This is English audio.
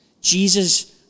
Jesus